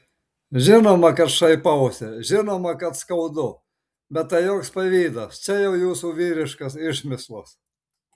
žinoma kad šaipausi žinoma kad skaudu bet tai joks pavydas čia jau jūsų vyriškas išmislas